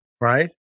right